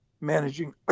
managing